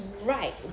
Right